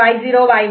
A" Y1 B'C'D'E